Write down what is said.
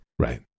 Right